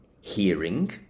hearing